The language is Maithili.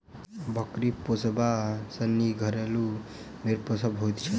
बकरी पोसबा सॅ नीक घरेलू भेंड़ पोसब होइत छै